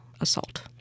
assault